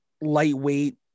lightweight